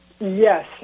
Yes